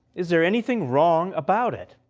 is there anything wrong about it?